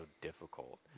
difficult